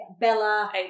Bella